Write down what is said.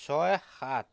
ছয় সাত